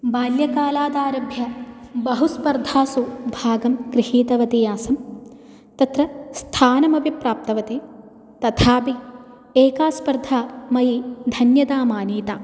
बाल्यकालादारभ्यः बहुस्पर्धासु भागं गृहीतवती आसम् तत्र स्थानमपि प्राप्तवती तथापि एका स्पर्धा मयि धन्यतामानीता